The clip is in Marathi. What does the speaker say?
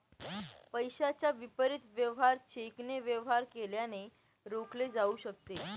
पैशाच्या विपरीत वेवहार चेकने वेवहार केल्याने रोखले जाऊ शकते